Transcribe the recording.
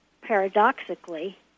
paradoxically